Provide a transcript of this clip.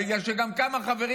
בגלל שגם כמה חברים